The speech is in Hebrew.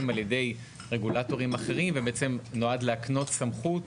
על ידי רגולטורים אחרים ובעצם נועד להקנות סמכות